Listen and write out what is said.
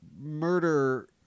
murder